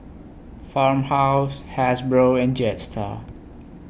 Farmhouse Hasbro and Jetstar